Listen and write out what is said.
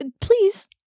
Please